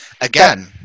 Again